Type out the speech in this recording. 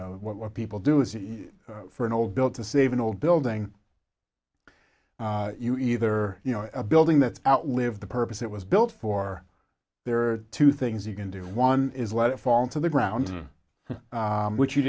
know what people do is for an old bill to save an old building you either you know a building that's outlived the purpose it was built for there are two things you can do one is let it fall to the ground which you